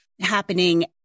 happening